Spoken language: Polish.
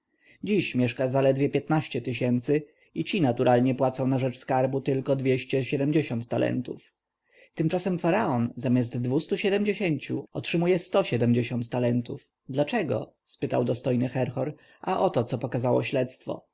dziś mieszka zaledwie piętnaście tysięcy i ci naturalnie płacą na rzecz skarbu tylko dwieście siedemdziesiąt talentów tymczasem faraon zamiast dwustu siedemdziesięciu otrzymuje siedemdziesiąt talentów dlaczego spytał dostojny herhor a oto co pokazało śledztwo